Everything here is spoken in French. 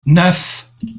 neuf